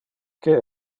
que